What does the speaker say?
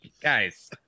guys